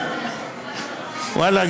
ואללה,